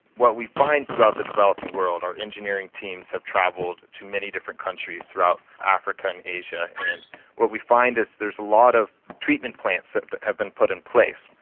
what we find throughout the developing world, our engineering teams have travelled to many different countries, throughout africa and asia, and what we find is there's a lot of treatment plants that but have been put in place.